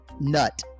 nut